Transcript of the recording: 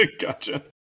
Gotcha